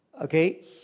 Okay